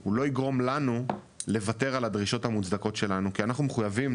הוא לא יגרום לנו לוותר על הדרישות המוצדקות שלנו כי אנחנו מחויבים